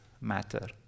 matter